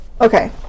okay